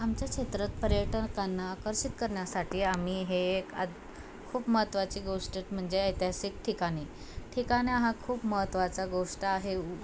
आमच्या क्षेत्रात पर्यटकांना आकर्षित करण्यासाठी आम्ही हे एक आ खूप महत्त्वाची गोष्ट म्हणजे ऐतिहासिक ठिकाणी ठिकाण हा खूप महत्वाचा गोष्ट आहे